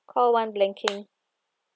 call one banking